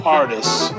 artists